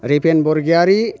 ripen Borgoyary